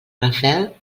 rafael